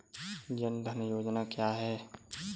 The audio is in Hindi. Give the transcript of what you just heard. जनधन योजना क्या है?